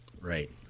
Right